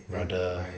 brother